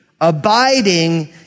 Abiding